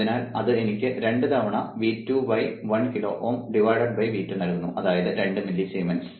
അതിനാൽ അത് എനിക്ക് 2 തവണ V2 1 കിലോ Ω V2 നൽകുന്നു അതായത് 2 മില്ലിസിമെൻസ്